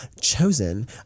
chosen